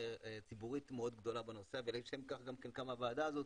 ציבורית מאוד גדולה בנושא ולשם כך קמה הוועדה הזאת